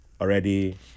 already